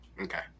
Okay